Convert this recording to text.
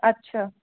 अछा